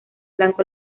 blanco